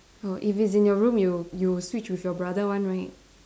oh if it's in your room you you will switch with your brother one right